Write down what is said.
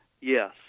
yes